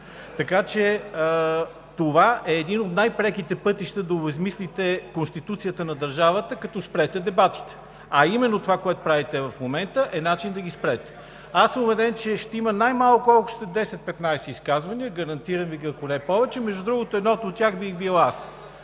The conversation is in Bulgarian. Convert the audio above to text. Така че това е един от най преките пътища да обезсмислите Конституцията на държавата, като спрете дебатите. А именно това, което правите в момента, е начин да ги спрете. Убеден съм, че ще има най-малко още 10 – 15 изказвания. Гарантирам Ви ги, ако не повече. Между другото, едното от тях бих бил аз.